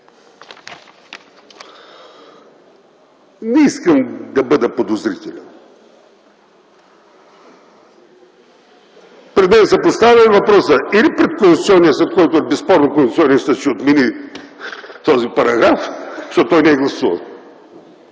Не искам да бъда подозрителен. При мен се поставя въпросът или пред Конституционния съд, който безспорно ще отмени този параграф, защото той не е гласуван,